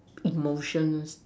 emotions